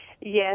Yes